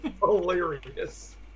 hilarious